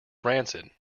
rancid